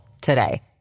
today